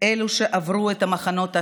מי שעברו את מחנות ההשמדה,